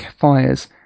fires